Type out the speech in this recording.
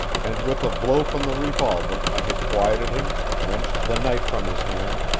and with a blow from the revolver i had quieted him, wrenched the knife from his hand,